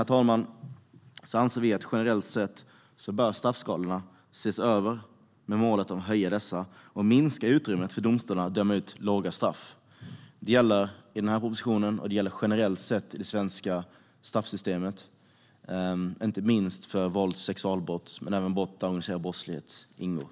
Vi anser att straffskalorna generellt sett bör ses över med målet att höja dessa och minska utrymmet för domstolar att döma ut låga straff. Det gäller för denna proposition och generellt sett i det svenska straffsystemet. Inte minst gäller det vålds och sexualbrott men också brott där organiserad brottslighet ingår.